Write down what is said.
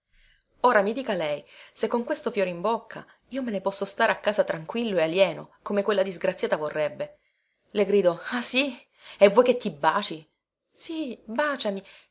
ora mi dica lei se con questo fiore in bocca io me ne posso stare a casa tranquillo e alieno come quella disgraziata vorrebbe le grido ah sì e vuoi che ti baci sì baciami